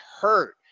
hurt